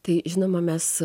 tai žinoma mes